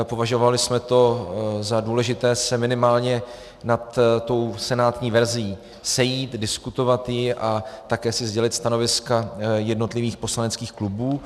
Považovali jsme za důležité se minimálně nad tou senátní verzí sejít, diskutovat ji a také si sdělit stanoviska jednotlivých poslaneckých klubů.